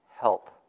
help